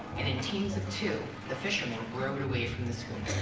and in teams of two, the fishermen rowed away from the so